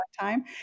time